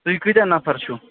تُہۍ کٕتیٛاہ نفر چھُو